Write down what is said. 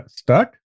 start